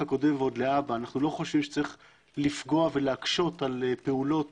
הקודם ועוד להבא אנו לא חושבים שצריך לפגוע ולהקשות על פעולות